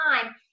time